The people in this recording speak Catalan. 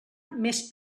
més